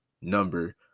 number